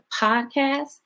podcast